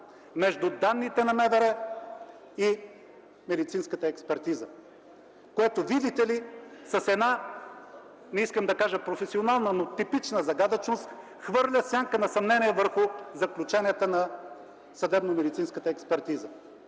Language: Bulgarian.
между данните на МВР и медицинската експертиза, което, видите ли, не искам да кажа професионална, но с типична загадъчност хвърли сянка на съмнение върху заключенията на съдебномедицинската експертиза.